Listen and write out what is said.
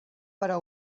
però